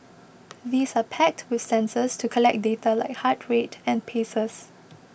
these are packed with sensors to collect data like heart rate and paces